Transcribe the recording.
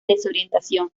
desorientación